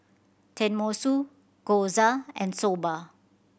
Tenmusu Gyoza and Soba